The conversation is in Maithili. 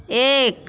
एक